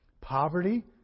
Poverty